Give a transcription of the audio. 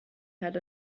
had